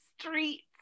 streets